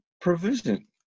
provision